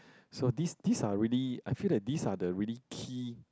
so this this are really I feel that this are the really key